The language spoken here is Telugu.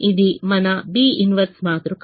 ఇది మన B 1 మాతృక